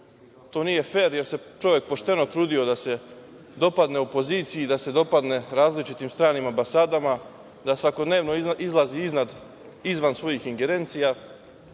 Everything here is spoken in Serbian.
To nije fer, jer se čovek pošteno trudio da se dopadne opoziciji i da se dopadne različitim stranim ambasadama, da svakodnevno izlazi izvan svojih ingerencija